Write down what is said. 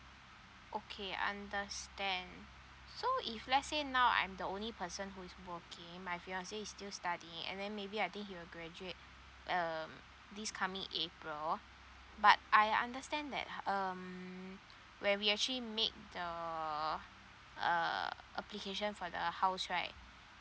okay understand so if let's say now I'm the only person who is working my fiancé is still studying and then maybe I think he will graduate um this coming april but I understand that um when we actually make the uh application for the house right